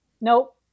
Nope